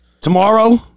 Tomorrow